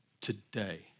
today